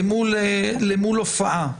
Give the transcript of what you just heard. למול הופעה.